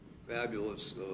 fabulous